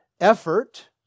effort